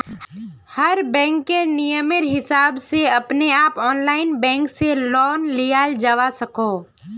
हर बैंकेर नियमेर हिसाब से अपने आप ऑनलाइन बैंक से लोन लियाल जावा सकोह